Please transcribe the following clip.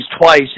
twice